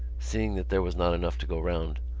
seeing that there was not enough to go round,